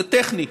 זה טכני,